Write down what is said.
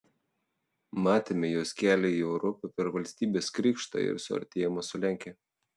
matėme jos kelią į europą per valstybės krikštą ir suartėjimą su lenkija